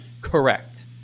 Correct